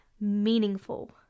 meaningful